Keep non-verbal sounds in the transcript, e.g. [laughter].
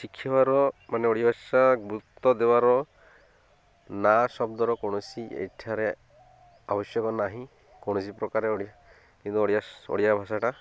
ଶିଖିବାର ମାନେ ଓଡ଼ିଆ [unintelligible] ଗୁରୁତ୍ୱ ଦେବାର ନା ଶବ୍ଦର କୌଣସି ଏଠାରେ ଆବଶ୍ୟକ ନାହିଁ କୌଣସି ପ୍ରକାରେ କିନ୍ତୁ ଓଡ଼ିଆ ଓଡ଼ିଆ ଭାଷାଟା